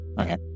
okay